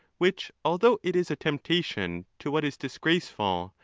which, although it is a temptation to what is disgraceful,